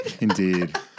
Indeed